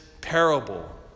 parable